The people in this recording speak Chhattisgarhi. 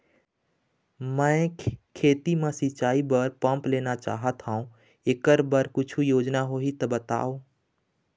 मैं खेती म सिचाई बर पंप लेना चाहत हाव, एकर बर कुछू योजना होही त बताव?